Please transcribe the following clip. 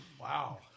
Wow